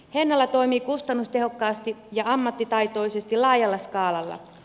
hennala toimii kustannustehokkaasti ja ammattitaitoisesti laajalla skaalalla